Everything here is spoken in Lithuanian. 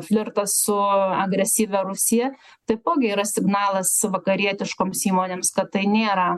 flirtas su agresyvia rusija taipogi yra signalas vakarietiškoms įmonėms kad tai nėra